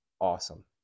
awesome